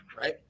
right